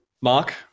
Mark